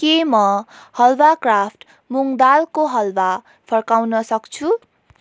के म हलुवा क्राफ्ट मुँग दालको हलुवा फर्काउन सक्छु